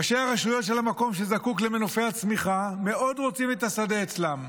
ראשי הרשויות של המקום שזקוק למנופי הצמיחה מאוד רוצים את השדה אצלם,